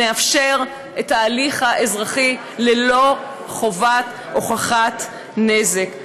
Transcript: את ההליך האזרחי ללא חובת הוכחת נזק.